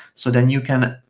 so then you can,